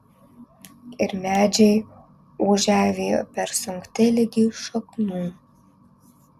ir medžiai ūžią vėjo persunkti ligi šaknų